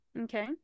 Okay